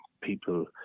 people